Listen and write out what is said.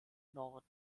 nord